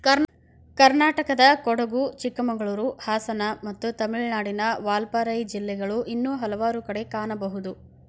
ಕರ್ನಾಟಕದಕೊಡಗು, ಚಿಕ್ಕಮಗಳೂರು, ಹಾಸನ ಮತ್ತು ತಮಿಳುನಾಡಿನ ವಾಲ್ಪಾರೈ ಜಿಲ್ಲೆಗಳು ಇನ್ನೂ ಹಲವಾರು ಕಡೆ ಕಾಣಬಹುದು